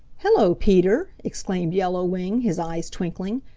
hello, peter! exclaimed yellow wing, his eyes twinkling.